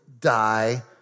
die